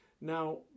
Now